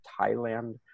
Thailand